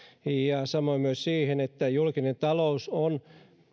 ja samoin myös siihen että julkinen talous on